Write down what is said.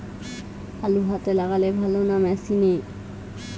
আলু হাতে লাগালে ভালো না মেশিনে?